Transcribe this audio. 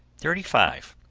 thirty five.